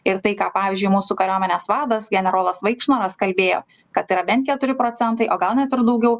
ir tai ką pavyzdžiui mūsų kariuomenės vadas generolas vaikšnoras kalbėjo kad yra bent keturi procentai o gal net ir daugiau